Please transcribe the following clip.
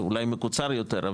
אולי מקוצר יותר,